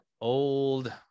old